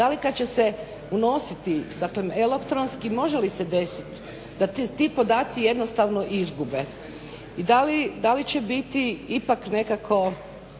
da li kad će se unositi dakle elektronski može li se desiti da se ti podaci jednostavno izgube i da li će biti ipak nekako